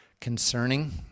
concerning